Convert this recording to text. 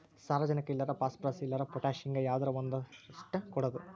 ಸಾರಜನಕ ಇಲ್ಲಾರ ಪಾಸ್ಪರಸ್, ಇಲ್ಲಾರ ಪೊಟ್ಯಾಶ ಹಿಂಗ ಯಾವದರ ಒಂದಷ್ಟ ಕೊಡುದು